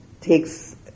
takes